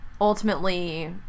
Ultimately